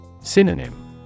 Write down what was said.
Synonym